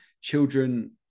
children